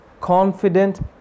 confident